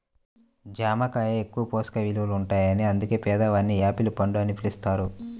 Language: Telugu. జామ కాయ ఎక్కువ పోషక విలువలుంటాయని అందుకే పేదవాని యాపిల్ పండు అని పిలుస్తారు